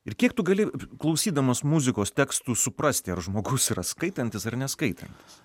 ir kiek tu gali klausydamas muzikos tekstų suprasti ar žmogus yra skaitantis ar neskaitantis